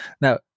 now